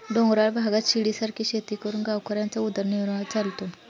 डोंगराळ भागात शिडीसारखी शेती करून गावकऱ्यांचा उदरनिर्वाह चालतो